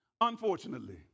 unfortunately